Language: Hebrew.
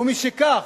ומשכך,